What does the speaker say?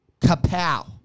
kapow